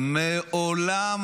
זה אולמרט.